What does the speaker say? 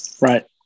Right